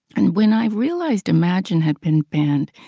and when i realized imagine had been banned,